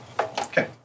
Okay